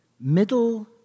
middle